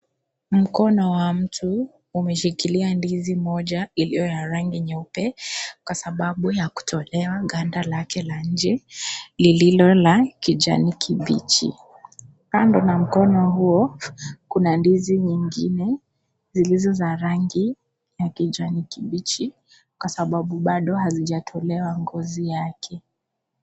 Mkono wa mtu umeshikilia ndizi moja iliyo ya rangi nyeupe, kwa sababu, ya kutolewa ganda lake la nje, lililo la kijani kibichi. Kando na mkono huo, kuna ndizi nyingine zilizo za rangi ya kijani kibichi, kwa sababu, bado hazijatolewa ngozi yake.